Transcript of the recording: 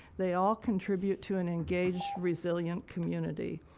they all contribute to an engaged resilient community.